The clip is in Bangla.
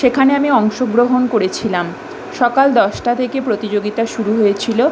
সেখানে আমি অংশগ্রহণ করেছিলাম সকাল দশটা থেকে প্রতিযোগিতা শুরু হয়েছিলো